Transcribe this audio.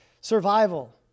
survival